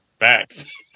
facts